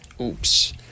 oops